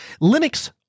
Linux